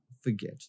forget